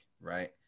right